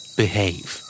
behave